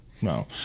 no